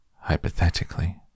Hypothetically